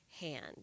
hand